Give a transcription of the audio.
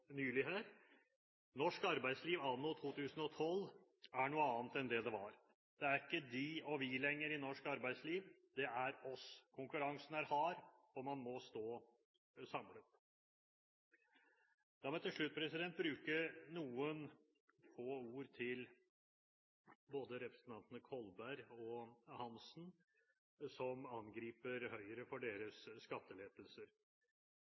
Norsk arbeidsliv anno 2012 er noe annet enn det det var. Det er ikke «de» og «vi» lenger i norsk arbeidsliv – det er «oss». Konkurransen er hard, og man må stå samlet. La meg til slutt bruke noen få ord til representantene Kolberg og Hansen, som angriper Høyre for